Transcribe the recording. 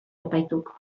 epaituko